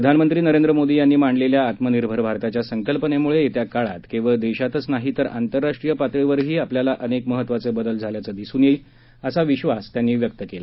प्रधानमंत्री नरेंद्र मोदी यांनी मांडलेल्या आत्मनिर्भर भारताच्या संकल्पनेमुळे येत्या काळात केवळ देशातच नाही तर आंतरराष्ट्रीय पातळीवरही आपल्याला अनेक महत्वाचे बदल झाल्याचं दिसून येईल असा विश्वास त्यांनी व्यक्त केला